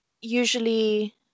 usually